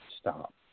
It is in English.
stop